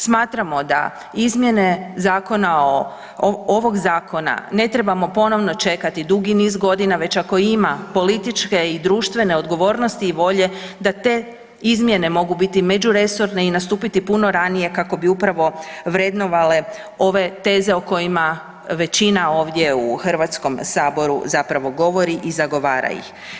Smatramo da izmjeni zakona o, ovog zakona ne trebamo ponovno čekati dugi niz godina već ako ima političke i društvene odgovornosti i volje da te izmjene mogu biti međuresorne i nastupiti puno ranije kako bi upravo vrednovale ove teze o kojima većina ovdje u HS zapravo govori i zagovara ih.